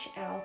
out